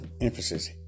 emphasis